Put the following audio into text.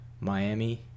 Miami